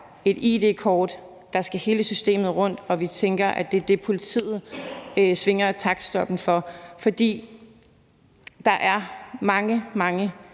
et id-kort, der skal hele systemet rundt, og vi tænker, at det er det, politiet svinger taktstokken for. For der er mange, mange